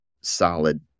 solid